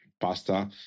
pasta